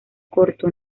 corto